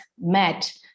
met